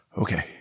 Okay